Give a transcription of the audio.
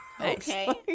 Okay